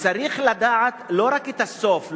צריך לדעת לא רק את הסוף,